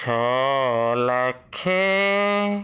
ଛଅ ଲକ୍ଷ